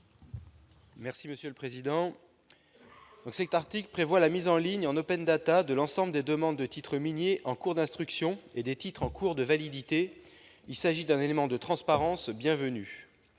Gontard, sur l'article. L'article 3 prévoit la mise en ligne en de l'ensemble des demandes de titre minier en cours d'instruction et des titres en cours de validité. Il s'agit d'un élément de transparence bienvenu.